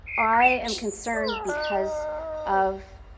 i am concerned because of